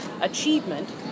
achievement